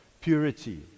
Purity